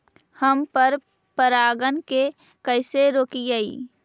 हम पर परागण के कैसे रोकिअई?